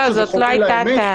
לא, לא, זאת לא הייתה הטענה.